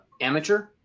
amateur